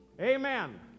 Amen